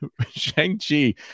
Shang-Chi